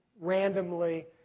randomly